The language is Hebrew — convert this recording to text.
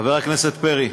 חבר הכנסת פרי,